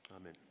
amen